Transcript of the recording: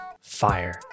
fire